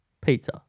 pizza